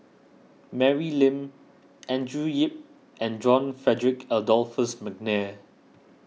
Mary Lim Andrew Yip and John Frederick Adolphus McNair